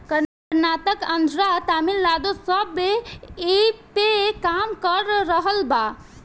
कर्नाटक, आन्द्रा, तमिलनाडू सब ऐइपे काम कर रहल बा